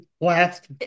last